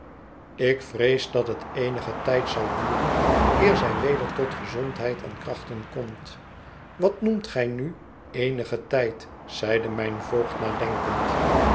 ik vrees dat het eenigen tijd zal duren eer zij weder tot gezondheid en krachten komt wat noemt gij nu eenigen tijd v zeide mijn voogd nadenkend